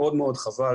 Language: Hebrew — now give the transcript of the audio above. מאוד מאוד חבל,